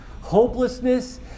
Hopelessness